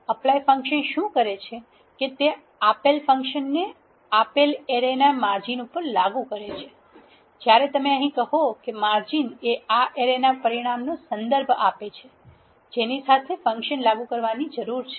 apply function શું કરે છે કે તે આપેલ ફંક્શનને આપેલ એરેના માર્જિન ઉપર લાગુ કરે છે જ્યારે તમે અહીં કહો કે માર્જિન એ આ એરેના પરિમાણનો સંદર્ભ આપે છે જેની સાથે ફંકશન લાગુ કરવાની જરૂર છે